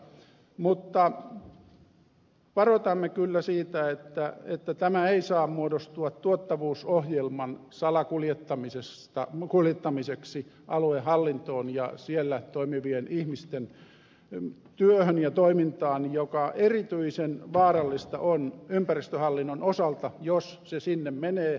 mutta varoitamme kyllä siitä että tämä ei saa muodostua tuottavuusohjelman salakuljettamiseksi aluehallintoon ja siellä toimivien ihmisten työhön ja toimintaan joka on erityisen vaarallista ympäristöhallinnon osalta jos se sinne menee